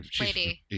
Lady